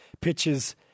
pitches